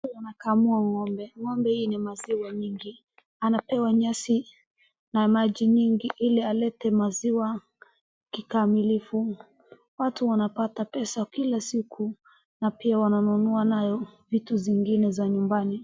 Mtu anakamua ng'ombe.Ng'ombe hii ni maziwa mingii. Anapewa nyasi na maji mingi ili alete maziwa kikamilifu. Watu wanapata pesa kila siku na pia wananunua nayo vitu zingine za nyumbani.